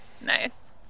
Nice